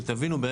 שתבינו,